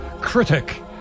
critic